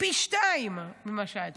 פי שניים ממה שהיה אצלנו.